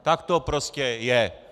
Tak to prostě je!